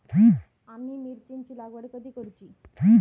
आम्ही मिरचेंची लागवड कधी करूची?